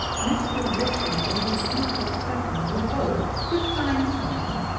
mr. richard or his beautiful cousin, or both, could sign something,